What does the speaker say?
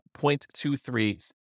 0.23